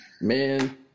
man